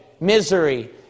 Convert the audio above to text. misery